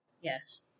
Yes